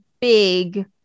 big